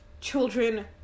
children